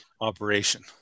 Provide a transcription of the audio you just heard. operation